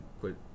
put